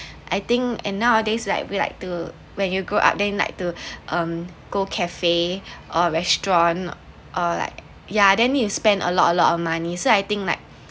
I think and nowadays like we like to when you grew up then like to um go cafe or restaurant or like yeah then you spend a lot a lot of money so I think like